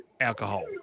alcohol